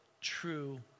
true